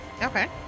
Okay